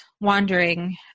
wandering